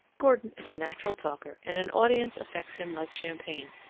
gordon is a natural talker, and an audience affects him like champagne.